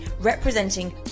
representing